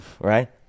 Right